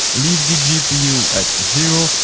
leave the gpu at zero,